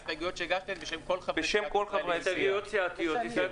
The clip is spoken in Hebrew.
הסתייגויות שהגשתם הן בשם כל חברי סיעת ישראל